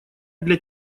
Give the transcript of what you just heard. для